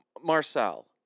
Marcel